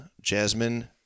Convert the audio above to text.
Jasmine